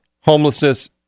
homelessness